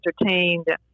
entertained